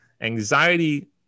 anxiety